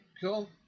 Cool